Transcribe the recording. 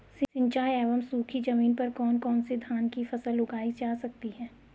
सिंचाई एवं सूखी जमीन पर कौन कौन से धान की फसल उगाई जा सकती है?